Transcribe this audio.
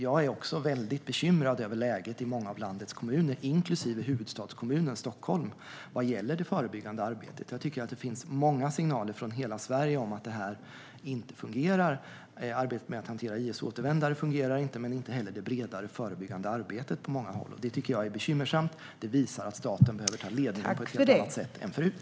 Jag är också bekymrad över läget i många av landets kommuner, inklusive huvudstadskommunen Stockholm, vad gäller det förebyggande arbetet. Det finns signaler från många håll i Sverige om att arbetet med att hantera IS-återvändare inte fungerar och inte heller det bredare förebyggande arbetet. Det är bekymmersamt och visar att staten behöver ta ledningen på ett annat sätt än förut.